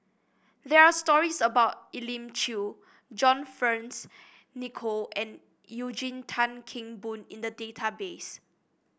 there are stories about Elim Chew John Fearns Nicoll and Eugene Tan Kheng Boon in the database